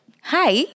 Hi